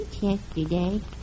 yesterday